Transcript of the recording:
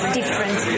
different